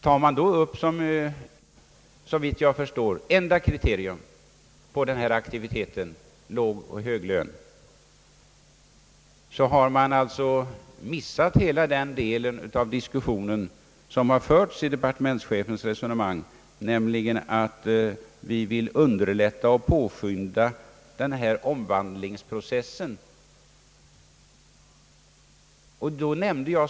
Tar man då upp, som såvitt jag förstår enda kriterium på denna aktivitet, lågoch höglön, har man alltså missat hela den del av diskussionen som har förts i departementschefens resonemang, nämligen att vi vill underlätta och påskynda «denna <omvandlingsprocess.